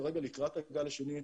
לקראת הגל השני,